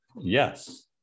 yes